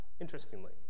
interestingly